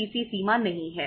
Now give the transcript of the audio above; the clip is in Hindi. सीसी है